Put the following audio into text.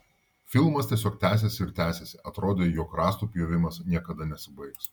filmas tiesiog tęsėsi ir tęsėsi atrodė jog rąstų pjovimas niekada nesibaigs